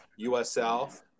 USL